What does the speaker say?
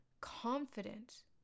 confident